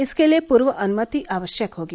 इसके लिए पूर्व अनुमति आवश्यक होगी